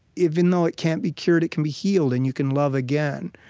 even though it can't be cured, it can be healed, and you can love again.